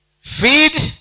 feed